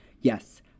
yes